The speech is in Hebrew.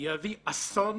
יביא אסון